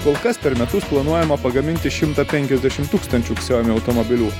kol kas per metus planuojama pagaminti šimtą penkiasdešim tūkstančių xiaomi automobilių